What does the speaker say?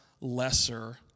lesser